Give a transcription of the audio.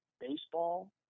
baseball